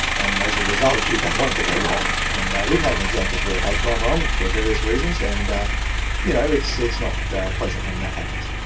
and as a result you don't want it to go wrong. and we've had and examples where it has gone wrong for various reasons. and you know it's it's not pleasant when that happens.